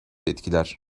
etkiler